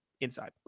inside